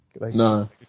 No